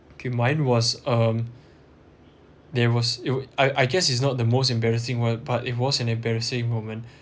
okay mine was um there was it I I guess it's not the most embarrassing one but it was an embarrassing moment